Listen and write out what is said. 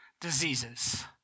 diseases